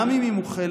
גם אם היא מוחלת